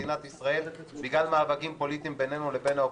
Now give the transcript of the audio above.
מדינת ישראל בגלל מאבקים פוליטיים בינינו לבין האופוזיציה.